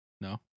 No